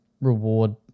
reward